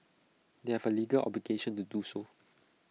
they have A legal obligation to do so